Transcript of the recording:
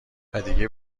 ودیگه